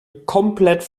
komplett